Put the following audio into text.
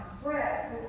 spread